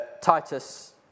Titus